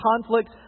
conflict